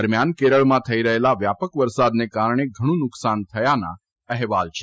દરમ્યાન કેરળમાં થઇ રહેલા વ્યાપક વરસાદને કારણે ઘણું નુકસાન થયાના અહેવાલ છે